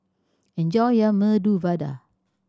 enjoy your Medu Vada